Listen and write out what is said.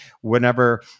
whenever